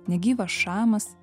negyvas šamas